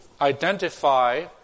identify